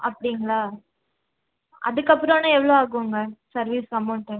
அப்படிங்களா அதுக்கப்புறம்ன்னா எவ்வளோ ஆகும்ங்க சர்வீஸ் அமௌன்ட்டு